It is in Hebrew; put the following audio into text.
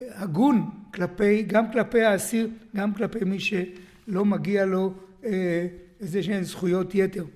הגון גם כלפי האסיר, גם כלפי מי שלא מגיע לו איזשהן זכויות יתר